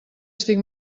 estic